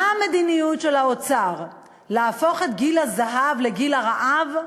מה המדיניות של האוצר: להפוך את גיל הזהב לגיל הרעב?